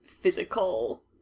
physical